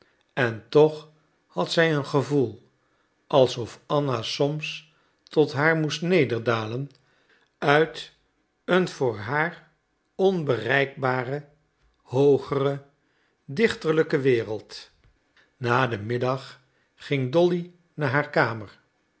en toch had zij een gevoel alsof anna soms tot haar moest nederdalen uit een voor haar onbereikbare hoogere dichterlijke wereld na den middag ging dolly naar haar kamer